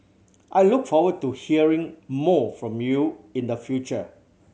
I look forward to hearing more from you in the future